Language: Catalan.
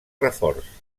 reforç